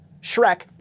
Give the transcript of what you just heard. Shrek